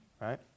right